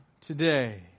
today